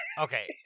Okay